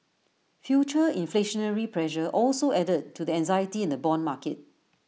future inflationary pressure also added to the anxiety in the Bond market